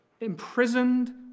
imprisoned